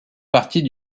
partie